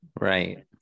right